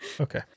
Okay